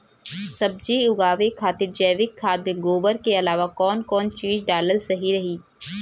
सब्जी उगावे खातिर जैविक खाद मे गोबर के अलाव कौन कौन चीज़ डालल सही रही?